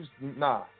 Nah